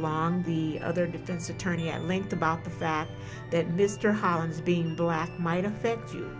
long the other defense attorney at length about the fact that mr holland's being black might affect you